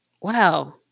wow